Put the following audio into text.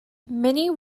many